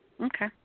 Okay